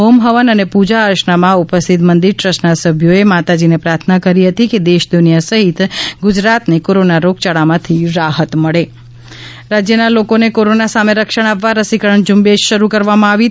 home હવન અને પુજા અર્ચનામાં ઉપસ્થિત મંદીર ટ્રસ્ટ ના સભ્યોએ માતાજી ને પ્રાર્થના કરી હતી કે દેશ દુનિયા સહિત ગુજરાત ને કોરોના રોગયાળા માંથી રાહત મળે રાજય રસીકરણ રાજયના લોકોને કોરોના સામે રક્ષણ આપવા રસીકરણ ઝુંબેશ શરૂ કરવામાં આવી છે